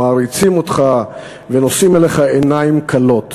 מעריצים אותך ונושאים אליך עיניים כלות.